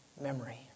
memory